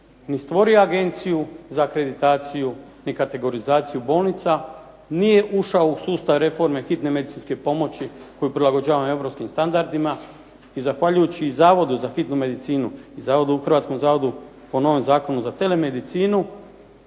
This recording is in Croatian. ni stvorio agenciju za akreditaciju ni kategorizaciju bolnica, nije ušao u sustav reforme hitne medicinske pomoći koje prilagođavamo europskim standardima. I zahvaljujući Zavodu za hitnu medicinu i Hrvatskom zavodu po novom Zakonu za telemedicinu